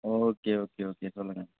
okay okay okay சொல்லுங்க